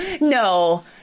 No